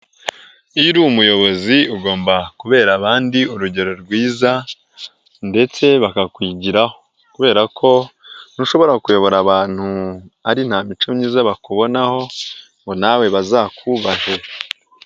Iyo uri umuyobozi ugomba kubera abandi urugero rwiza ndetse bakakwigiraho, kubera ko ntushobora kuyobora abantu ari nta mico myiza bakubonaho ngo nawe bazakubahe.